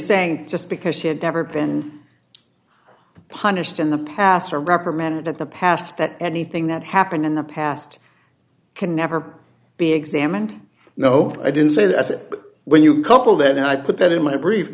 saying just because she had never been punished in the past for a reprimand that the past that anything that happened in the past can never be examined no i didn't say that's it but when you couple that and i put that in my brief